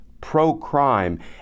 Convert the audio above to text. pro-crime